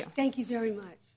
you thank you very much